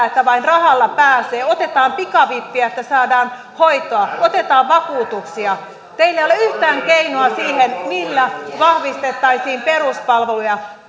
että vain rahalla pääsee jolloin otetaan pikavippejä että saadaan hoitoa ja otetaan vakuutuksia teillä ei ole yhtään keinoa siihen millä vahvistettaisiin peruspalveluja